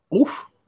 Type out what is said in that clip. oof